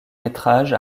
métrage